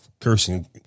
cursing